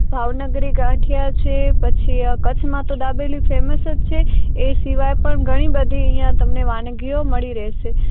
ભાવનગરી ગાંઠીયા છે પછી કચ્છમાં તો દાબેલી ફેમસ જ છે એ સિવાય પણ ઘણી બધી અહીંયા તમને વાનગીઓ મળી રહેશે